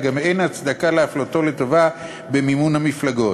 וגם אין הצדקה להפלותו לטובה במימון המפלגות.